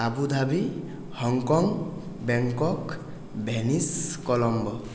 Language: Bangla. Abu Dhabi Hong Kong Bangkok Venice Colombo